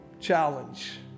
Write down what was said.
challenge